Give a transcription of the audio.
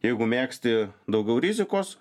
jeigu mėgsti daugiau rizikos